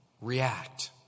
react